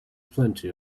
plenty